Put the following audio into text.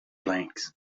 planks